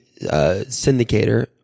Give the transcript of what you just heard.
syndicator